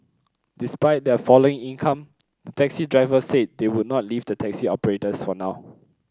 despite their falling income the taxi drivers said they would not leave the taxi operators for now